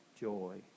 joy